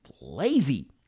lazy